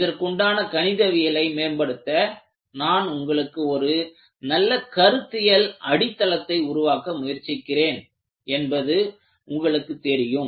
இதற்குண்டான கணிதவியலை மேம்படுத்த நான் உங்களுக்கு ஒரு நல்ல கருத்தியல் அடித்தளத்தை உருவாக்க முயற்சிக்கிறேன் என்பது உங்களுக்குத் தெரியும்